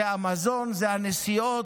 זה המזון, זה הנסיעות,